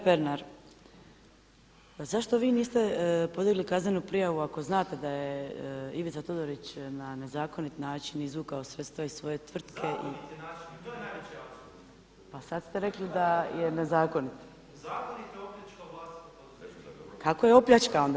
Kolega Pernar, pa zašto vi niste podigli kaznenu prijavu ako znate da je Ivica Todorić na nezakonit način izvukao sredstva iz svoje tvrtke [[Upadica Pernar: Zakonit je način i to je najveći …]] Pa sada ste rekli da je nezakonit [[Upadica Pernar: Zakonito je opljačkao …]] Kako je opljačkao?